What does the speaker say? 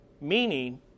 meaning